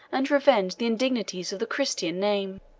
and revenged the indignities of the christian name.